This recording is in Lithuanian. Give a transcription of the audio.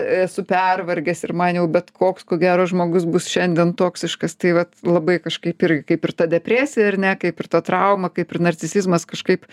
esu pervargęs ir man jau bet koks ko gero žmogus bus šiandien toksiškas tai vat labai kažkaip irgi kaip ir ta depresija ar ne kaip ir ta trauma kaip ir narcisizmas kažkaip